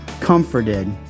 comforted